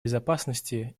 безопасности